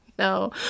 No